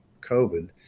COVID